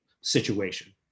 situation